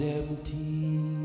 empty